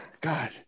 god